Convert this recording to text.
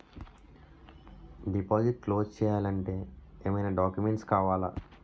Deposit close చేయాలి అంటే ఏమైనా డాక్యుమెంట్స్ కావాలా?